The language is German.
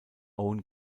owen